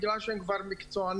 בגלל שהם כבר מקצועניים.